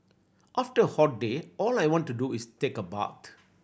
after a hot day all I want to do is take a bath